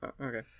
Okay